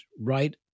right